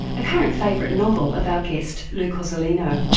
a current favourite novel of our guest lou cozolino.